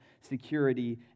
security